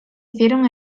hicieron